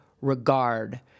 regard